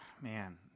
Man